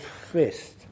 fist